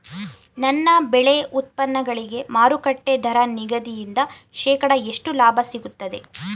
ನನ್ನ ಬೆಳೆ ಉತ್ಪನ್ನಗಳಿಗೆ ಮಾರುಕಟ್ಟೆ ದರ ನಿಗದಿಯಿಂದ ಶೇಕಡಾ ಎಷ್ಟು ಲಾಭ ಸಿಗುತ್ತದೆ?